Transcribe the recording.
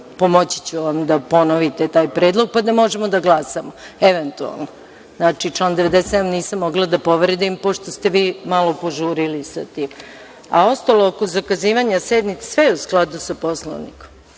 pomoći da ponovite taj predlog, pa da možemo da glasamo eventualno. Znači, član 97. nisam mogla da povredim pošto ste vi malo požurili sa tim, a ostalo, oko zakazivanja sednice, sve je u skladu sa Poslovnikom,